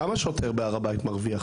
כמה שוטר בהר הבית מרוויח?